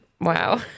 Wow